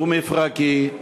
דו-מפרקי,